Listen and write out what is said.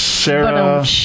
Sarah